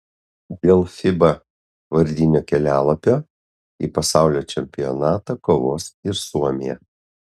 dėl fiba vardinio kelialapio į pasaulio čempionatą kovos ir suomija